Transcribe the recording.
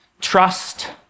trust